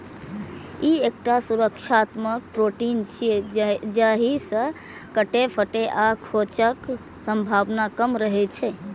ई एकटा सुरक्षात्मक प्रोटीन छियै, जाहि सं कटै, फटै आ खोंचक संभावना कम रहै छै